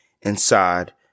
inside